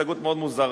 הסתייגות מאוד מוזרה.